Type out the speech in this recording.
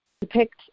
depict